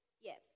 Yes